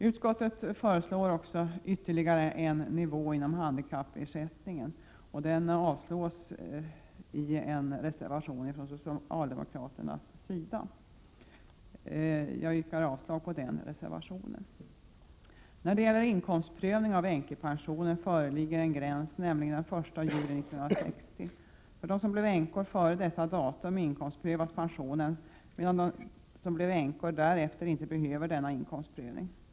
Utskottet föreslår också ytterligare en nivå inom handikappersättningen, vilken avstyrks i en socialdemokratisk reservation. Jag yrkar avslag på reservationen. När det gäller inkomstprövning av änkepensionen föreligger en gräns, nämligen den 1 juli 1960. För dem som blev änkor före detta datum inkomstprövas pensionen, medan de som blev änkor därefter inte behöver denna inkomstprövning.